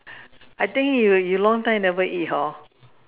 I think you you long time never eat hor